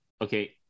Okay